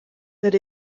that